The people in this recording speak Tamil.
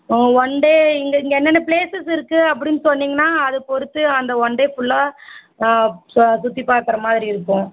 ஒன்டே இங்கே இங்கே என்னென்ன பிளேஸ்சஸ் இருக்கு அப்படினு சொன்னிங்கனா அதை பொறுத்து அந்த ஒன்டே ஃபுல்லாக சுற்றிபாக்குற மாதிரி இருக்கும்